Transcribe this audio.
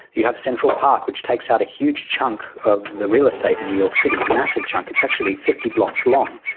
you have central park which takes out a huge chunk of the real estate in new york city, a massive chunk, it's actually fifty blocks long,